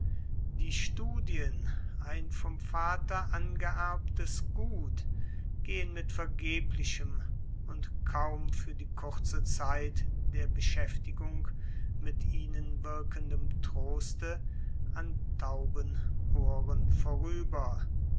die studien ein vom vater angeerbtes gut gehen mit vergeblichem und kaum für die kurze zeit der beschäftigung mit ihnen wirkendem troste an tauben ohren vorüber